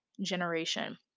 generation